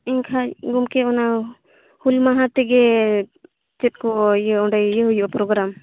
ᱮᱱᱠᱷᱟᱱ ᱜᱚᱢᱠᱮ ᱚᱱᱟ ᱦᱩᱞ ᱢᱟᱦᱟ ᱛᱮᱜᱮ ᱪᱮᱫ ᱠᱚ ᱤᱭᱟᱹ ᱚᱸᱰᱮ ᱤᱭᱟᱹ ᱦᱩᱭᱩᱜᱼᱟ ᱯᱨᱳᱜᱨᱟᱢ